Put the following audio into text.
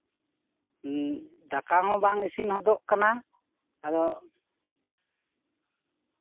ᱩᱸ ᱫᱟᱠᱟ ᱦᱚᱸ ᱵᱟᱝ ᱤᱥᱤᱱ ᱦᱚᱫᱚᱜ ᱠᱟᱱᱟ ᱟᱫᱚ